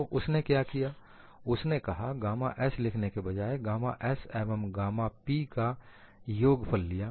तो उसने क्या किया उसने कहा गामा s लिखने के बजाए गामा s एवं गामा p का योगफल लिया